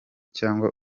cyangwa